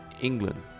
England